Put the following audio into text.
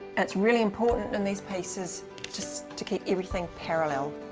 it's really important in these pieces just to keep everything parallel.